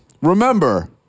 remember